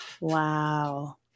Wow